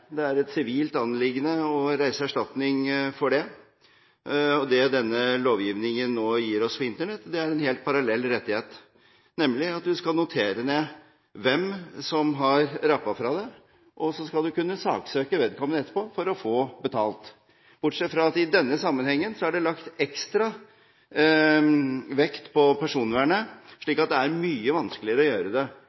Det er et sivilt anliggende å reise erstatning for det. Det denne lovgivningen nå gir oss når det gjelder Internett, er en helt parallell rettighet, nemlig at du skal notere ned hvem som har rappet fra deg, og så skal du kunne saksøke vedkommende etterpå for å få betalt – bortsett fra at det i denne sammenhengen er lagt ekstra vekt på personvernet, slik at det er mye vanskeligere å gjøre det